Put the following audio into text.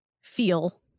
feel